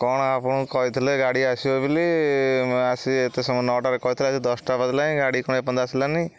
କଣ ଆପଣଙ୍କୁ କହିଥିଲେ ଗାଡ଼ି ଆସିବ ବୋଲି ଆସି ଏତେ ସମୟ ନଅଟାରେ କହିଥିଲେ ଆସି ଦଶଟା ବ ବାଜିଲାଣି ଗାଡ଼ି କଣ ଏପର୍ଯ୍ୟନ୍ତ ଆସିଲାନି